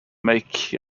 make